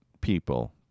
people